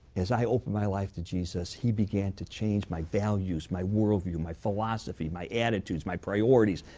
as i opened my life to jesus, he began to change my values, my world view, my philosophy, my attitudes, my priorities,